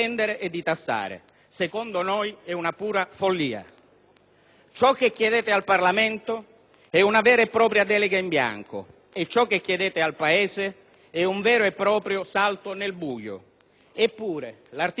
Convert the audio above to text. Ciò che chiedete al Parlamento è una vera e propria delega in bianco e ciò che chiedete al Paese è un vero e proprio salto nel buio. Eppure, l'articolo 119 della Costituzione, cui volete dare attuazione,